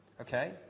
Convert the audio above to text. Okay